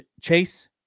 Chase